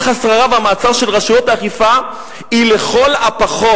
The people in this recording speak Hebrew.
השררה והמעצר של רשויות האכיפה היא לכל הפחות",